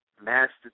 master